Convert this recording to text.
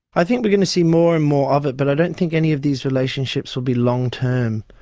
i think we're going to see more and more of it, but i don't think any of these relationships will be long-term.